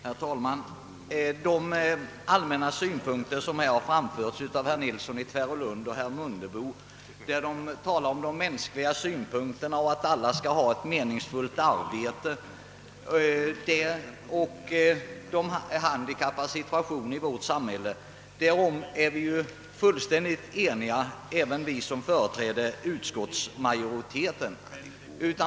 Herr talman! Beträffande de allmänna synpunkter som framförts av herr Nilsson i Tvärålund och herr Mundebe om mänskliga aspekter, om att alla skall ha ett meningsfyllt arbete och om de handikappades situation i vårt samhälle är vi fullständigt eniga.